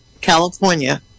California